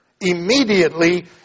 immediately